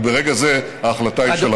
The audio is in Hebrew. וברגע זה ההחלטה היא שלכם.